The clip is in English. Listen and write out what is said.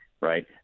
right